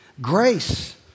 grace